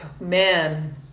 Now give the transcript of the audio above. Man